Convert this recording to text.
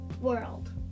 world